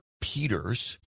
Peters